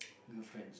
girlfriends